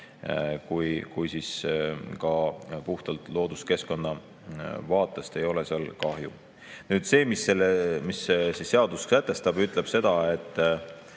kui ka puhtalt looduskeskkonna vaatest ei ole seal kahju. Nüüd see, mis see seadus sätestab, ütleb seda, et